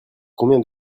combien